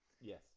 Yes